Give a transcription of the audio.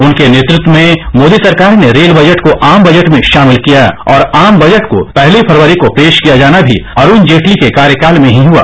उनके नेतृत्व में मोदी सरकार ने रेल बजट को आम बजट में शामिल किया और आम बजट को पहली फरवरी को पेश किया जाना भी अरुण जेटली के कार्यकाल में ही हुआ